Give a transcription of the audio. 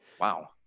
Wow